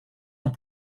ans